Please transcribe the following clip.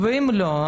אם לא,